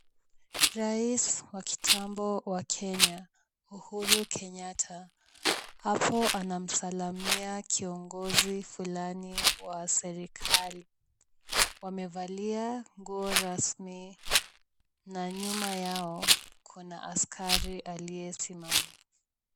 Rais wa kitamba wa Kenya Uhuru Kenyatta. Hapo anamsalimia kiongozi fulani wa serikali. Wamevalia nguo rasmi na nyuma yao kuna askari aliyesimama.